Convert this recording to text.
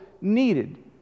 needed